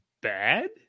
bad